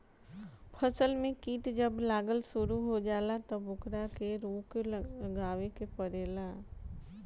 फसल में कीट जब लागल शुरू हो जाला तब ओकरा के रोक लगावे के पड़ेला